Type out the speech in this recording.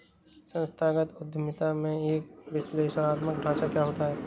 संस्थागत उद्यमिता में एक विश्लेषणात्मक ढांचा क्या होता है?